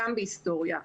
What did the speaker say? גם בהיסטוריה,